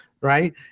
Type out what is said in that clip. right